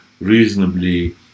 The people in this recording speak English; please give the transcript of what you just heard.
reasonably